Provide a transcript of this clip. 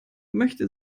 möchte